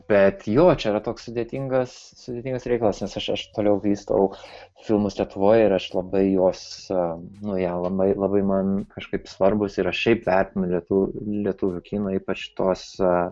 bet jo čia yra toks sudėtingas sudėtingas reikalas nes aš aš toliau vystau filmus lietuvoj ir aš labai juos nu jie labai labai man kažkaip svarbūs ir aš šiaip vertinu lietuvių lietuvių kiną ypač tuos